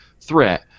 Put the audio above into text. threat